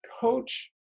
coach